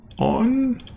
on